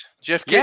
jeff